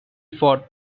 fought